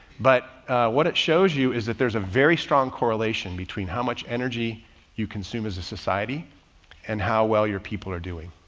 but what it shows you is that there's a very strong correlation between how much energy you consume as a society and how well your people are doing.